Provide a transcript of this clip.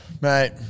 mate